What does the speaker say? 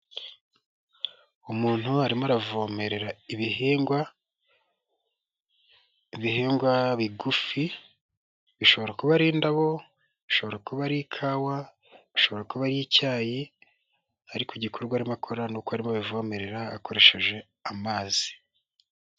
Umuntu arimo aravomerera ibihingwa, ibihingwa bigufi bishobora kuba ari indabo, bishobora kuba ari ikawa, bishobora kuba ari icyayi ariko igikorwa arimo akora ni uko arimo abivomerera akoresheje amazi.